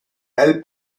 elle